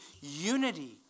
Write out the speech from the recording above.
unity